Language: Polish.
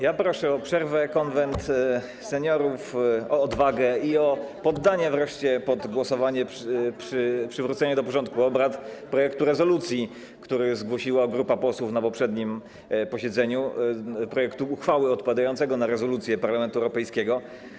Ja proszę o przerwę, Konwent Seniorów, o odwagę i o poddanie wreszcie pod głosowanie przywrócenia do porządku obrad projektu rezolucji, który zgłosiła grupa posłów na poprzednim posiedzeniu, projektu uchwały odpowiadającego na rezolucję Parlamentu Europejskiego.